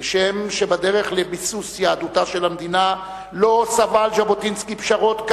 כשם שבדרך לביסוס יהדותה של המדינה לא סבל ז'בוטינסקי פשרות,